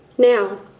Now